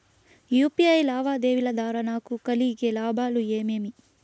UPI లావాదేవీల ద్వారా నాకు కలిగే లాభాలు ఏమేమీ?